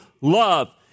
love